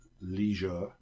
leisure